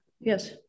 yes